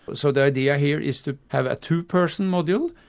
so the idea here is to have a two-person module,